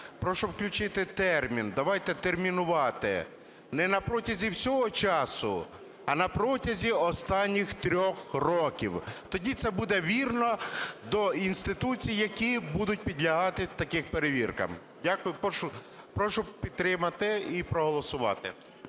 Прошу включити термін. Давайте термінувати не "на протязі всього часу", а "на протязі останніх 3 років". Тоді це буде вірно до інституцій, які будуть підлягати таким перевіркам. Дякую. Прошу підтримати і проголосувати.